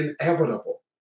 inevitable